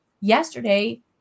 yesterday